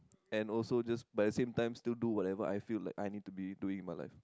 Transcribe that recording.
and also just by the same time still do whatever I feel like I need to be doing in my life